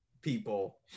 people